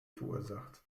verursacht